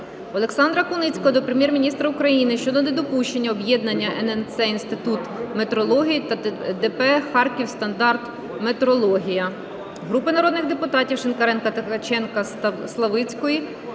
Олександра Куницького до Прем'єр-міністра України щодо недопущення об'єднання ННЦ "Інститут метрології та ДП "Харківстандартметрологія". Групи народних депутатів (Шинкаренка, Ткаченка, Славицької)